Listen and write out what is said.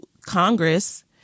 Congress